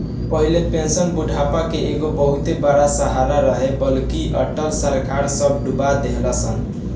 पहिले पेंशन बुढ़ापा के एगो बहुते बड़ सहारा रहे बाकि अटल सरकार सब डूबा देहलस